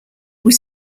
was